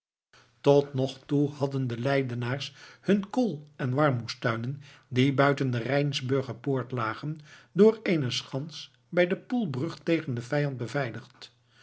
tot nog toe hadden de leidenaars hunne kool en warmoestuinen die buiten de rijnsburger poort lagen door eene schans bij de poelbrug tegen den vijand beveiligd